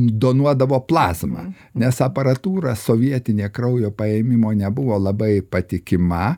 donuodavo plazmą nes aparatūra sovietinė kraujo paėmimo nebuvo labai patikima